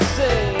say